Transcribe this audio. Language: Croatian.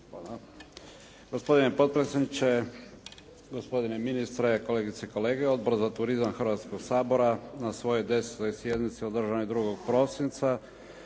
Hvala.